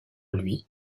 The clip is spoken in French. lui